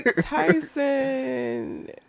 Tyson